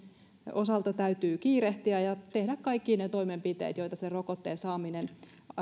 osalta täytyy kiirehtiä ja tehdä kaikki ne toimenpiteet joita sen rokotteen saaminen